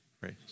right